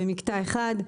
במקטע אחד.